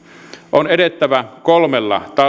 on edettävä kolmella